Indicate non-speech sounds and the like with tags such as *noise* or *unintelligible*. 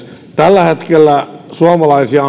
*unintelligible* tällä hetkellä suomalaisia *unintelligible*